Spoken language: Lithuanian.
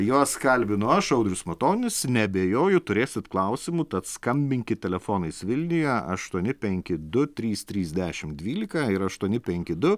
juos kalbinu aš audrius matonis neabejoju turėsit klausimų tad skambinkit telefonais vilniuje aštuoni penki du trys trys dešim dvylika ir aštuoni penki du